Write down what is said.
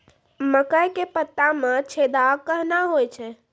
मकई के पत्ता मे छेदा कहना हु छ?